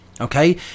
okay